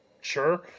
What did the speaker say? sure